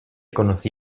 conocí